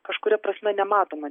kažkuria prasme nematoma